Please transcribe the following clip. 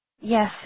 Yes